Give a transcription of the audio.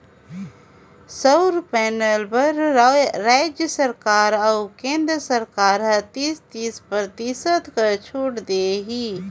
सउर पैनल बर रायज सरकार अउ केन्द्र सरकार हर तीस, तीस परतिसत छूत देही